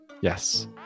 Yes